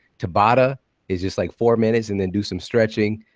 tobata is just like four minutes, and then do some stretching,